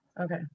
Okay